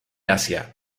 asia